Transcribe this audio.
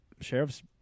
Sheriff's